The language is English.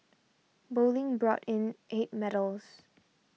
bowling brought in eight medals